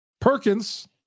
Perkins